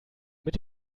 mit